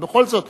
אבל בכל זאת,